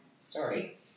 Sorry